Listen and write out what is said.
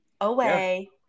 away